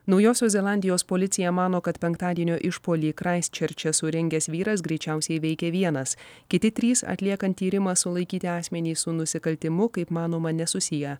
naujosios zelandijos policija mano kad penktadienio išpuolį kraisčerče surengęs vyras greičiausiai veikė vienas kiti trys atliekant tyrimą sulaikyti asmenys su nusikaltimu kaip manoma nesusiję